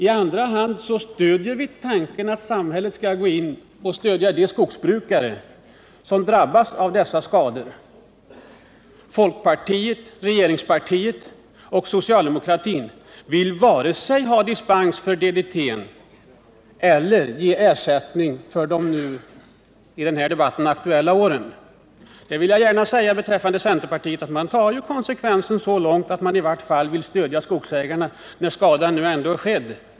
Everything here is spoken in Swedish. I andra hand stöder vi tanken att samhället skall gå in och stödja de skogsbrukare som drabbats av skadorna. Folkpartiet, regeringspartiet, och socialdemokratin vill varken ha dispens eller DDT eller ge ersättning för de nu aktuella åren. Jag vill gärna säga att centerpartiet tar konsekvenserna så långt att man i vart fall vill stödja skogsägarna när skadan nu ändå är skedd.